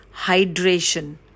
hydration